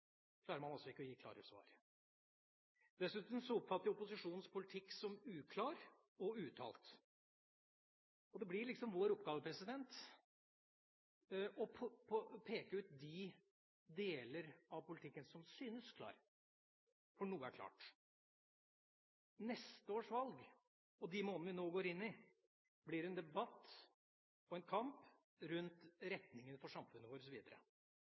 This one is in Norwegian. klarer man altså ikke å gi klare svar. Dessuten oppfatter jeg opposisjonens politikk som uklar og uuttalt. Det blir liksom vår oppgave å peke ut de deler av politikken som synes klar – for noe er klart. Neste års valg, og de månedene vi nå går inn i, blir en debatt og en kamp rundt retningen for samfunnet vårt videre.